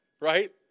right